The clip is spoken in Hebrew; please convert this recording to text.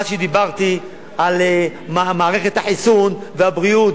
אז כשדיברתי על מערכת החיסון והבריאות,